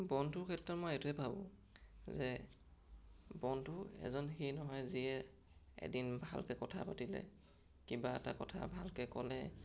বন্ধুৰ ক্ষেত্ৰত মই এইটোৱে ভাবোঁ যে বন্ধু এজন সিয়ে নহয় যিয়ে এদিন ভালকৈ কথা পাতিলে কিবা এটা কথা ভালকৈ ক'লে